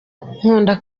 nkunda